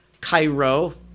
Cairo